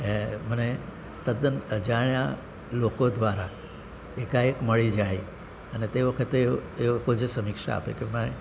અને મને તદ્દન અજાણ્યા લોકો દ્વારા એકાએક મળી જાય અને તે વખતે એ એ લોકો જે સમીક્ષા આપે એક એમાંય